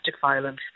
violence